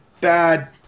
bad